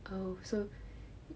oh so